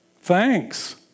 thanks